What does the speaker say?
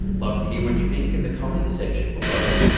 love to hear what you think in the comments section below.